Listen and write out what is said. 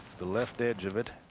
the left edge of it.